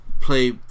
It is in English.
play